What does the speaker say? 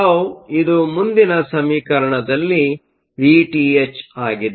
τ ಇದು ಮುಂದಿನ ಸಮೀಕರಣದಲ್ಲಿ Vth ಆಗಿದೆ